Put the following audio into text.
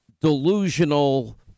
delusional